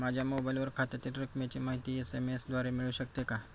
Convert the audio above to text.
माझ्या मोबाईलवर खात्यातील रकमेची माहिती एस.एम.एस द्वारे मिळू शकते का?